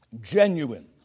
Genuine